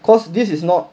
because this is not